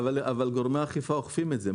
גורמי האכיפה אוכפים את זה.